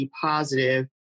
positive